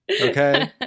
Okay